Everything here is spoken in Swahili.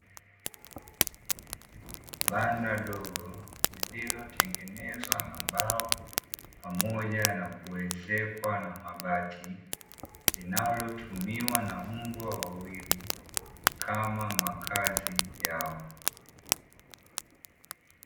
Banda dogo liliotengenezwa na mbao pamoja na kuezekwa na mabati linalotumiwa na mbwa wawili kama makazi yao.